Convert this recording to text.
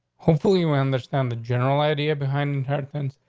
hopefully we understand the general idea behind inheritance.